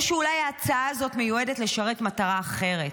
או שאולי ההצעה הזאת מיועדת לשרת מטרה אחרת,